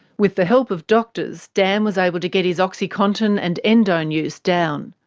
with the help of doctors, dan was able to get his oxycontin and endone use down.